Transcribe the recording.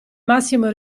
massimo